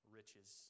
riches